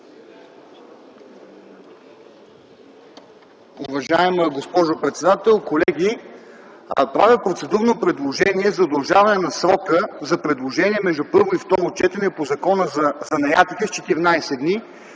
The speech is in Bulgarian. Уважаема госпожо председател, колеги! Правя процедурно предложение за удължаване на срока за предложения между първо и второ четене по Закона за занаятите с 14 дни,